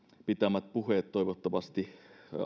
pitämät puheet toivottavasti